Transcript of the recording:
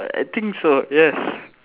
uh I think so yes